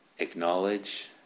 acknowledge